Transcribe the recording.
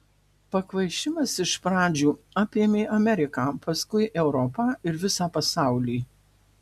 pakvaišimas iš pradžių apėmė ameriką paskui europą ir visą pasaulį